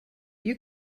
you